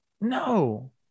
No